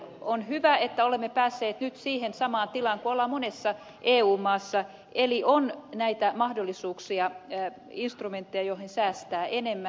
on hyvä että olemme päässeet nyt siihen samaan tilaan kuin ollaan monessa eu maassa eli on näitä mahdollisuuksia instrumentteja joihin säästää enemmän